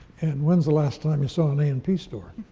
and when's the last time you saw an a and p store?